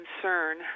concern